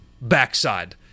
backside